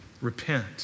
repent